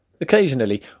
Occasionally